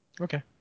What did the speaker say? Okay